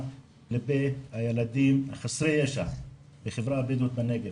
כלפי הילדים חסרי הישע בחברה הבדואית בנגב.